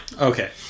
okay